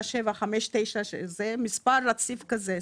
1.759-. זה מספר רציף כזה,